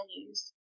values